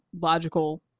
logical